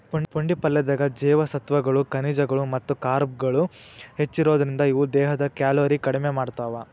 ಪುಂಡಿ ಪಲ್ಲೆದಾಗ ಜೇವಸತ್ವಗಳು, ಖನಿಜಗಳು ಮತ್ತ ಕಾರ್ಬ್ಗಳು ಹೆಚ್ಚಿರೋದ್ರಿಂದ, ಇವು ದೇಹದ ಕ್ಯಾಲೋರಿ ಕಡಿಮಿ ಮಾಡ್ತಾವ